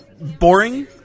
Boring